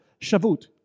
Shavuot